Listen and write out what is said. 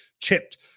chipped